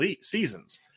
seasons